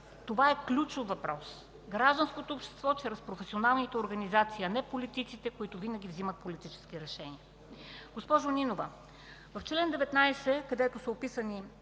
това е ключов въпрос. Гражданското общество чрез професионалните организации трябва да взема решения, а не политиците, които винаги вземат политически решения. Госпожо Нинова, в чл. 19, където са описани